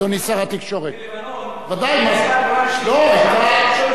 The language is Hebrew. שהיא מדינת העולם השלישי,